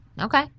Okay